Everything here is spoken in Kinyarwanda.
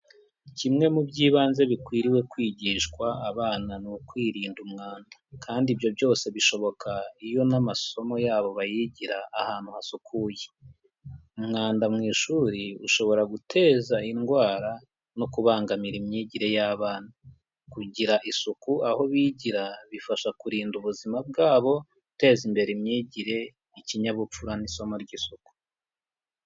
Kimwe mu by'ibanze bikwiriye kwigishwa abana ni ukwirinda umwanda, kandi ibyo byose bishoboka iyo n'amasomo yabo bayigira ahantu hasukuye, umwanda mu ishuri ushobora guteza indwara no kubangamira imyigire y'abana, kugira isuku aho bigira bifasha kurinda ubuzima bwabo guteza imbere imyigire ikinyabupfura n'isomo ry'isuku.